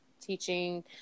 teaching